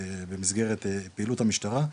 במסגרת פעילות המשטרה,